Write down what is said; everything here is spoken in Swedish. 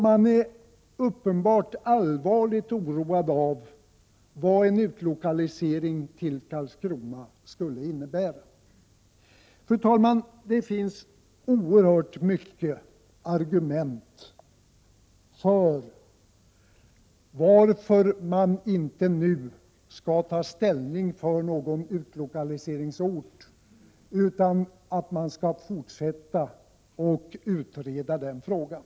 Man är uppenbarligen allvarligt oroad av vad en utlokalisering till Karlskrona skulle innebära. Fru talman! Det finns oerhört många argument för att inte nu ta ställning för någon utlokaliseringsort utan förtsätta att utreda frågan.